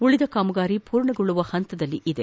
ಉಳಿದ ಕಾಮಗಾರಿ ಪೂರ್ಣಗೊಳ್ಳುವ ಹಂತದಲ್ಲಿದೆ